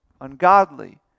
ungodly